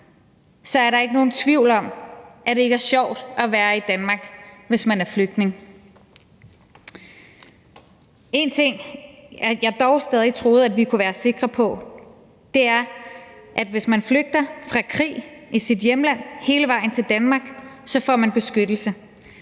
så er der ikke nogen tvivl om, at det ikke er sjovt at være i Danmark, hvis man er flygtning. En ting, jeg dog stadig troede vi kunne være sikre på, er, at hvis man flygter fra krig i sit hjemland og tager hele vejen til Danmark, får man beskyttelse;